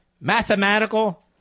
Mathematical